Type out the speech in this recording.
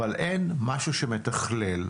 אבל אין משהו שמתכלל.